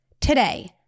Today